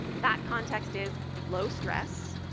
that context is low stress,